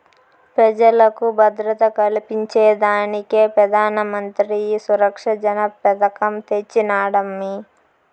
పెజలకు భద్రత కల్పించేదానికే పెదానమంత్రి ఈ సురక్ష జన పెదకం తెచ్చినాడమ్మీ